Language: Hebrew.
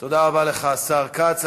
תודה רבה לך, השר כץ.